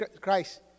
Christ